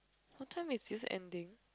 what time is this ending